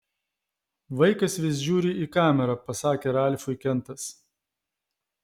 vaikas vis žiūri į kamerą pasakė ralfui kentas